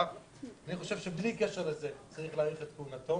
אני חושב שבלי קשר לזה צריך להאריך את כהונתו.